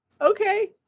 okay